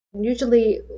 Usually